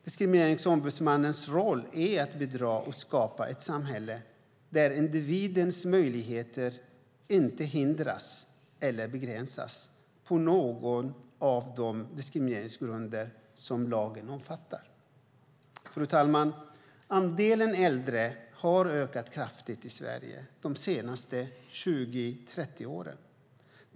Diskrimineringsombudsmannens roll är att bidra till att skapa ett samhälle där individens möjligheter inte hindras eller begränsas på någon av de diskrimineringsgrunder som lagen omfattar. Fru talman! Andelen äldre har ökat kraftigt i Sverige de senaste 20-30 åren.